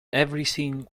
everything